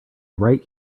right